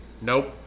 Nope